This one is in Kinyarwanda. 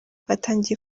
batangiye